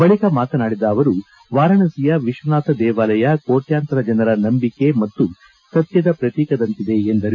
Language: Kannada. ಬಳಿಕ ಮಾತನಾಡಿದ ಅವರು ವಾರಾಣಸಿಯ ವಿಶ್ವನಾಥ ದೇವಾಲಯ ಕೋಟ್ಯಂತರ ಜನರ ನಂಬಿಕೆ ಮತ್ತು ಸತ್ಯದ ಪ್ರತೀಕದಂತಿದೆ ಎಂದರು